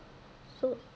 so